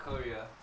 korea